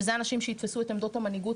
שזה האנשים שיתפסו את עמדות המנהיגות